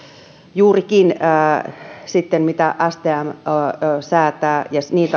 juurikin mitä stm säätää